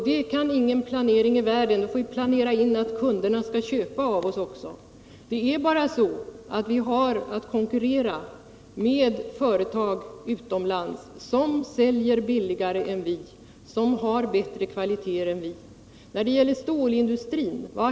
Det kan ingen planering i världen påverka — då får vi planera in att kunderna skall köpa av oss också. Vi har att konkurrera med företag utomlands som säljer billigare än vi och som har bättre kvaliteter än vi. Vad händer nu i fråga om stålindustrin?